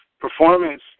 performance